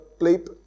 bleep